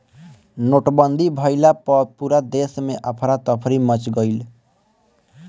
नोटबंदी भइला पअ पूरा देस में अफरा तफरी मच गईल